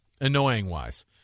annoying-wise